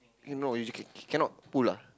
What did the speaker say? you know c~ c~ cannot pull ah